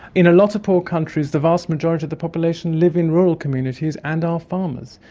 in a lot of poor countries the vast majority of the population live in rural communities and are farmers,